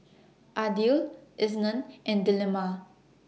Aidil Isnin and Delima